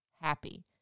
happy